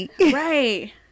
right